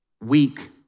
weak